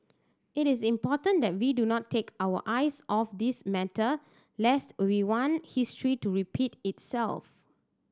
it is important that we do not take our eyes off this matter lest we want history to repeat itself